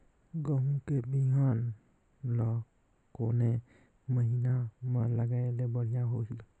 गहूं के बिहान ल कोने महीना म लगाय ले बढ़िया होही?